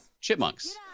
chipmunks